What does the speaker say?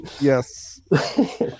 Yes